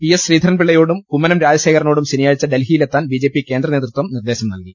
P S ശ്രീധരൻപ്പിളളയോടും കുമ്മനം രാജശേഖരനോടും ശനി യാഴ്ച ഡൽഹിയിലെത്താൻ ബിജെപി കേന്ദ്രനേതൃത്വം നിർദേശം നൽകി